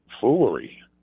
foolery